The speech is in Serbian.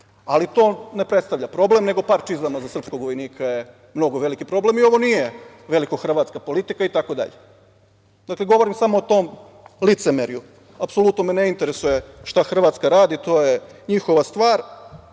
Ali, to ne predstavlja problem, samo par čizama za srpskog vojnika je mnogo veliki problem i ovo nije velikohrvatska politika itd. Dakle, govorim samo o tom licemerju. Apsolutno me ne interesuje šta Hrvatska radi. To je njihova stvar,